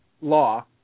law